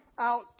out